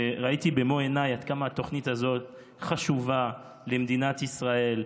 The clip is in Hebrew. וראיתי במו עיניי עד כמה התוכנית הזו חשובה למדינת ישראל,